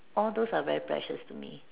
all those are very precious to me